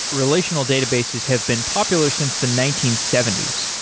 relational databases have been popular since the nineteen seventy s,